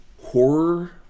horror